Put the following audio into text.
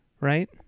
right